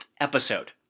episode